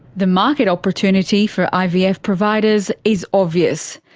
the market opportunity for ivf providers is obvious.